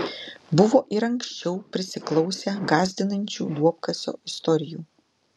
buvo ir anksčiau prisiklausę gąsdinančių duobkasio istorijų